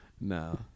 No